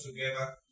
together